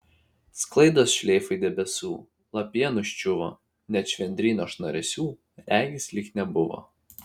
sklaidos šleifai debesų lapija nuščiuvo net švendryno šnaresių regis lyg nebuvo